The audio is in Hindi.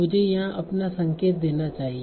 मुझे यहां अपना संकेत देना चाहिए